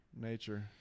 Nature